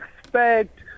expect